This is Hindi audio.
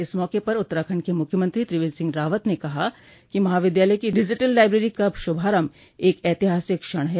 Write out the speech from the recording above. इस मौके पर उत्तराखंड के मुख्यमंत्री त्रिवेन्द्र सिंह रावत ने कहा कि महाविद्यालय की डिजिटल लाइब्रेरी का श्रभारम्भ एक ऐतिहासिक क्षण है